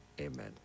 amen